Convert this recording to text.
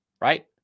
right